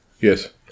Yes